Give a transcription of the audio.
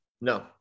No